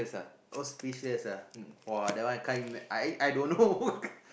or speechless lah I can't even I don't know